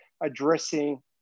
addressing